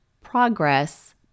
progress